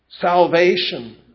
salvation